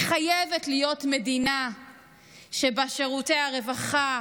היא חייבת להיות מדינה שבה שירותי הרווחה,